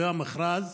זה המכרז